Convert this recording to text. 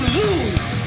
lose